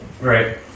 Right